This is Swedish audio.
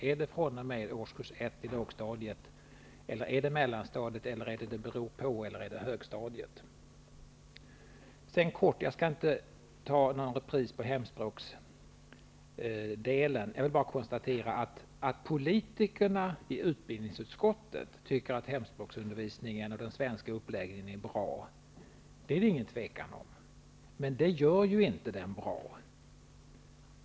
Är det fr.o.m. årskurs 1 på lågstadiet, fr.o.m. mellanstadiet eller högstadiet, ''eller är svaret det beror på''? Jag skall inte ta någon repris på hemspråksfrågan. Jag vill bara konstatera att det inte råder något tvivel om att politikerna i utbildningsutskottet tycker att hemspråksundervisningen i den svenska uppläggningen är bra. Men det gör den inte bra.